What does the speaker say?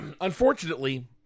Unfortunately